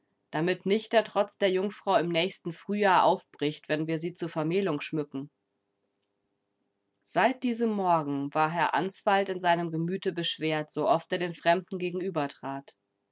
damit nicht der trotz der jungfrau im nächsten frühjahr aufbricht wenn wir sie zur vermählung schmücken seit diesem morgen war herr answald in seinem gemüte beschwert sooft er den fremden